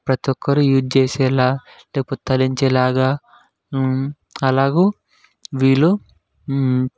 ప్రతి ఒక్కరు ఇది చేసేలా అంటే తరించేలాగ అలాగూ వీళ్ళు